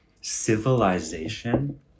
civilization